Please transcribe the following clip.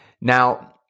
Now